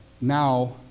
Now